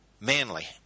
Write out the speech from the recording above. Manly